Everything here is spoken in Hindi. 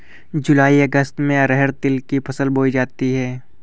जूलाई अगस्त में अरहर तिल की फसल बोई जाती हैं